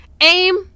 aim